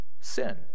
sin